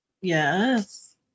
Yes